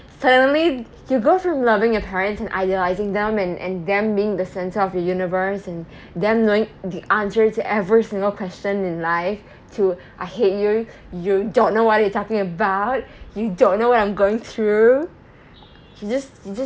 suddenly you go from loving your parents and idealizing them and and them being the centre of your universe and them knowing the answer to every single question in life to I hate you you don't know what are you talking about you don't know what I'm going through you just you just